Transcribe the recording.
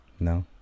No